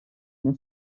una